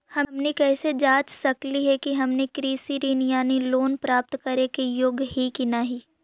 हमनी कैसे जांच सकली हे कि हमनी कृषि ऋण यानी लोन प्राप्त करने के योग्य हई कि नहीं?